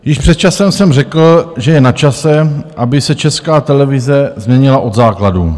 Již před časem jsem řekl, že je načase, aby se Česká televize změnila od základu.